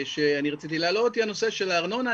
שאני רציתי להעלות זה הנושא של הארנונה.